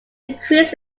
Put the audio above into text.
increased